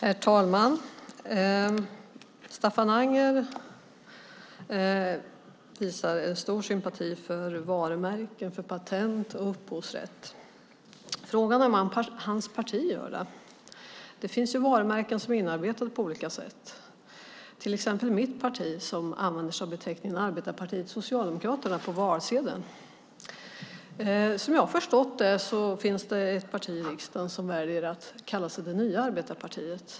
Herr talman! Staffan Anger visar stor sympati för varumärken, patent och upphovsrätt. Frågan är om hans parti gör det. Det finns ju varumärken som är inarbetade på olika sätt. Ett exempel är mitt parti som på valsedeln använder sig av beteckningen Arbetarepartiet - Socialdemokraterna. Som jag har förstått finns det ett parti i riksdagen som väljer att kalla sig det nya arbetarpartiet.